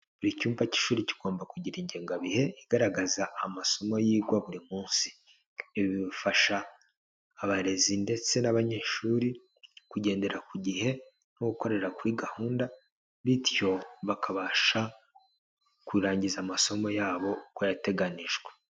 Buri cyumba cy'ishuri kigomba kugira ingengabihe igaragaza amasomo yigwa buri munsi, ibi bifasha abarezi ndetse n'abanyeshuri kugendera ku gihe no gukorera kuri gahunda, bityo bakabasha kurangiza amasomo yabo uko yateganijwe.